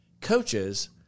coaches